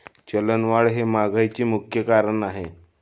चलनवाढ हे महागाईचे मुख्य कारण आहे